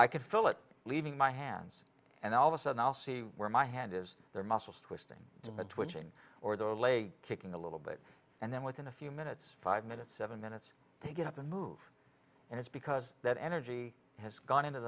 feel it leaving my hands and all of a sudden i'll see where my hand is their muscles twisting in the twitching or the leg kicking a little bit and then within a few minutes five minutes seven minutes they get up and move and it's because that energy has gone into